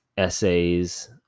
essays